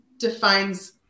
defines